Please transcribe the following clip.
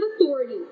authority